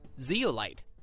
zeolite